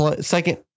second